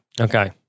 Okay